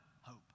hope